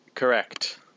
Correct